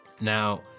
Now